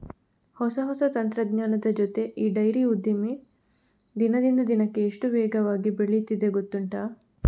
ಹೊಸ ಹೊಸ ತಂತ್ರಜ್ಞಾನದ ಜೊತೆ ಈ ಡೈರಿ ಉದ್ದಿಮೆ ದಿನದಿಂದ ದಿನಕ್ಕೆ ಎಷ್ಟು ವೇಗವಾಗಿ ಬೆಳೀತಿದೆ ಗೊತ್ತುಂಟಾ